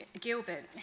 Gilbert